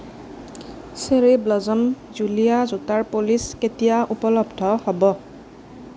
cherry blossom জুলীয়া জোতাৰ polish কেতিয়া উপলব্ধ হ'ব